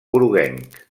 groguenc